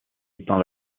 étant